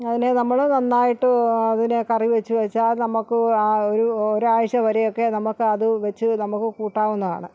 അതിനെ നമ്മൾ നന്നായിട്ട് അതിനെ കറി വച്ച് വച്ചാൽ നമുക്ക് ഒരു ഒരാഴ്ച്ച വരെയൊക്കെ നമുക്കത് വച്ച് നമുക്ക് കൂട്ടാവുന്നതാണ്